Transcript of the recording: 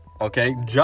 Okay